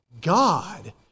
God